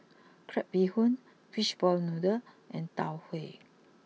Crab Bee Hoon Fishball Noodle and Tau Huay